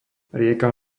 rieka